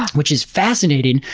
which is fascinating,